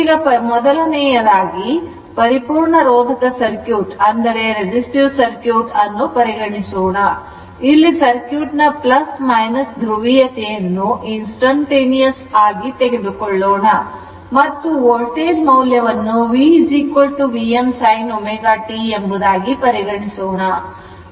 ಈಗ ಮೊದಲನೆಯದಾಗಿ ಪರಿಪೂರ್ಣ ರೋಧಕ ಸರ್ಕ್ಯೂಟ್ ಅನ್ನು ಪರಿಗಣಿಸೋಣ ಇಲ್ಲಿ ಸರ್ಕ್ಯೂಟ್ ನ ಧ್ರುವೀಯತೆಯನ್ನು instantaneous ಆಗಿ ತೆಗೆದುಕೊಳ್ಳೋಣ ಮತ್ತು ವೋಲ್ಟೇಜ್ ಮೂಲವನ್ನು V Vmsin ωt ಎಂಬುದಾಗಿ ಪರಿಗಣಿಸೋಣ